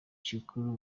cikuru